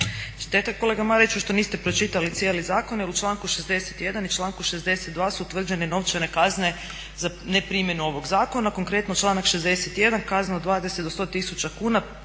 Šteta kolega Mariću što niste pročitali cijeli zakon, jer u članku 61.i članku 62.su utvrđene novčane kazne za neprimjenu ovog zakona. Konkretno članak 61. kazne od 20 do 100 tisuća kuna